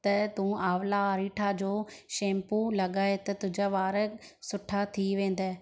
त तूं आवला अरीठा जो शैंपू लॻाए त तुंहिंजा वारु सुठा थी वेंदा